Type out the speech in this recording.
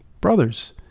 Brothers